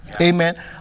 Amen